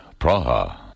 Praha